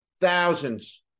thousands